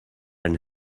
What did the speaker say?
and